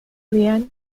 liane